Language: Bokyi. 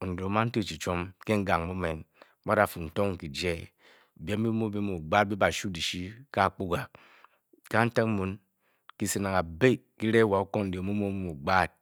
Onet ooman ti echi chwom ke ngang mu emen Mu adafu, n-tong ng kyije byem byimumu byi|firi ke akpuga kyise nang a-bi, kyi-ree mo okondi omwnu.